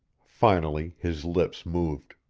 finally his lips moved.